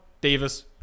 Davis